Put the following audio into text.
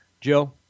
Joe